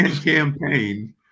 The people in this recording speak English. campaign